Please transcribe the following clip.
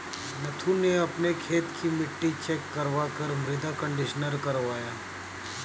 नथु ने अपने खेत की मिट्टी चेक करवा कर मृदा कंडीशनर करवाया